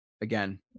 Again